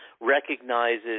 recognizes